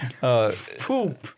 Poop